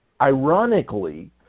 ironically